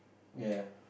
ya